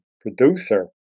producer